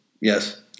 Yes